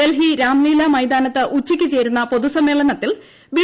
ഡൽഹി രാംലീലാ മൈതാനത്ത് ഉച്ചയ്ക്കു ചേരുന്ന പൊതുസമ്മേളനത്തിൽ ബി